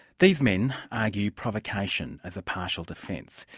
these men argue provocation as a partial defence.